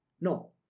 No